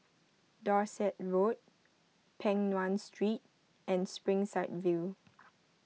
Dorset Road Peng Nguan Street and Springside View